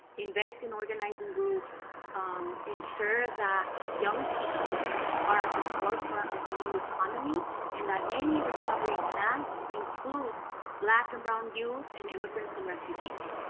invest in organizing groups um ensure that young people are at the forefront of the new economy and that any recovery plan includes black and brown youth and immigrants and refugees